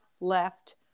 left